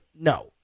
No